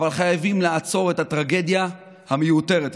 אבל חייבים, לעצור את הטרגדיה המיותרת הזאת.